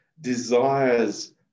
desires